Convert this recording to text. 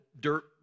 dirt